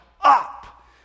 up